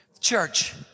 Church